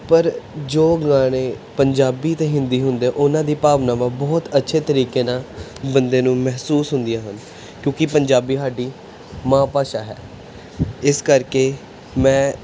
ਪਰ ਜੋ ਗਾਣੇ ਪੰਜਾਬੀ ਅਤੇ ਹਿੰਦੀ ਹੁੰਦੇ ਉਹਨਾਂ ਦੀ ਭਾਵਨਾਵਾਂ ਬਹੁਤ ਅੱਛੇ ਤਰੀਕੇ ਨਾਲ ਬੰਦੇ ਨੂੰ ਮਹਿਸੂਸ ਹੁੰਦੀਆਂ ਹਨ ਕਿਉਂਕਿ ਪੰਜਾਬੀ ਸਾਡੀ ਮਾਂ ਭਾਸ਼ਾ ਹੈ ਇਸ ਕਰਕੇ ਮੈਂ